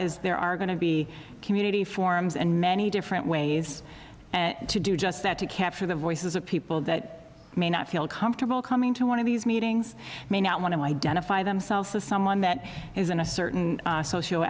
is there are going to be community forums and many different ways to do just that to capture the voices of people that may not feel comfortable coming to one of these meetings may not want to identify themselves as someone that is in a certain socio